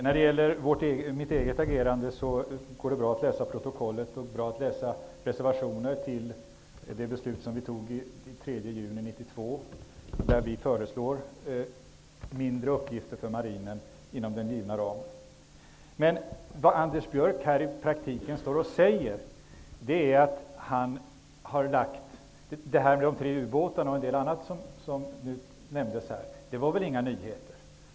När det gäller mitt eget agerande går det bra att läsa i protokollet och i reservationer i samband med det beslut som vi fattade den 3 juni 1992, där vi föreslog minskade uppgifter för marinen inom den givna ramen. Men, Anders Björck, de tre ubåtarna och annat sådant som nämndes var väl inga nyheter.